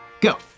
go